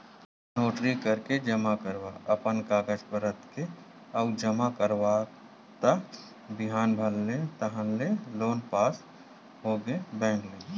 notary कराके जमा करेंव अपन कागज पतर के अउ जमा कराएव त बिहान भर ताहले लोन पास होगे बेंक ले